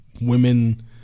women